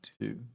two